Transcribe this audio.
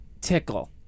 Tickle